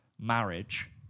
marriage